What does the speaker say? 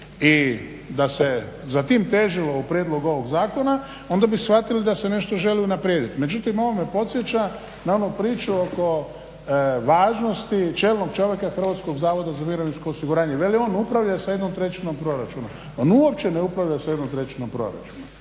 I da se za tim težilo u prijedlogu ovoga zakona onda bi shvatili da se nešto želi unaprijediti. Međutim ovo me podsjeća na onu priču oko važnosti čelnog čovjeka Hrvatskog zavoda za mirovinsko osiguranje. Veli on upravlja sa jednom trećinom proračuna. On uopće ne upravlja sa jednom trećinom proračuna.